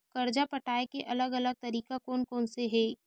कर्जा पटाये के अलग अलग तरीका कोन कोन से हे?